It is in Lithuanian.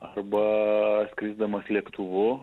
arba skrisdamas lėktuvu